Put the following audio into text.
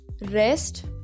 rest